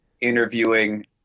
interviewing